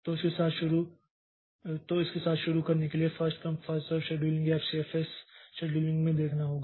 तो इसके साथ शुरू करने के लिए first come first serve scheduling या FCFS शेड्यूलिंग में देखना होगा